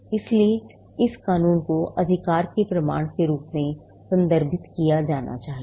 इसलिए इस कानून को अधिकार के प्रमाण के रूप में संदर्भित किया जाना चाहिए